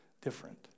different